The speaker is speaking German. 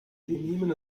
nehmen